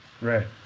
Right